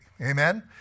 Amen